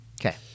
okay